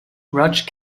grudge